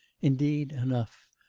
indeed enough!